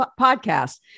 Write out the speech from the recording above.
podcast